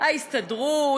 ההסתדרות,